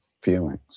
feelings